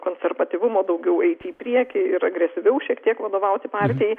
konservatyvumo daugiau eiti į priekį ir agresyviau šiek tiek vadovauti partijai